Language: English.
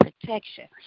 protection